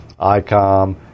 ICOM